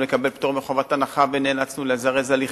לקבל פטור מחובת הנחה ונאלצנו לזרז הליכים.